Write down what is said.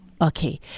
Okay